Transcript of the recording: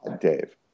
Dave